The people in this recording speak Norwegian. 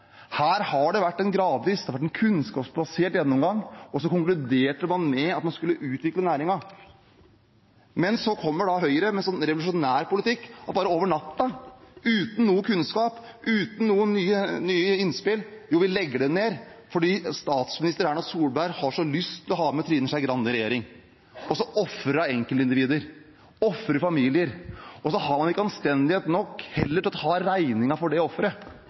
Her har det vært en gradvis, kunnskapsbasert gjennomgang, og så konkluderer man med at man skal utvikle næringen. Men så kommer Høyre med en revolusjonær politikk: Over natta, uten noe kunnskap, uten noen nye innspill, legger man det ned fordi statsminister Erna Solberg har så lyst til å ha med Trine Skei Grande i regjering. Hun ofrer enkeltindivider, ofrer familier, og så har man heller ikke anstendighet nok til å ta regningen for det offeret,